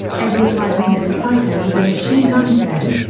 every five minutes a psycho with a machine gun says,